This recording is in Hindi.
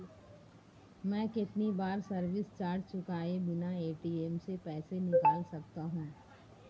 मैं कितनी बार सर्विस चार्ज चुकाए बिना ए.टी.एम से पैसे निकाल सकता हूं?